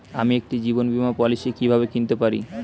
আমি একটি জীবন বীমা পলিসি কিভাবে কিনতে পারি?